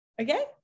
okay